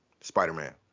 Spider-Man